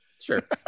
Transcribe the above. Sure